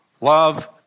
Love